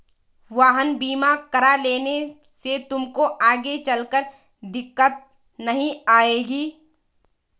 वाहन बीमा करा लेने से तुमको आगे चलकर दिक्कत नहीं आएगी